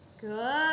Good